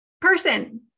person